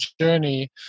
journey